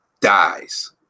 dies